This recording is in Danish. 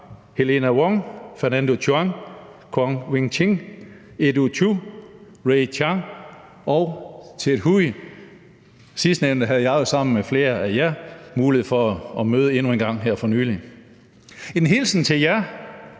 Helena Wong, Fernando Cheung, Kwok Wing-kin, Eddie Chu, Ray Chan og Ted Hui. Sidnstnævnte havde jeg jo sammen med flere af jer mulighed for at møde endnu en gang her for nylig. Jeg sender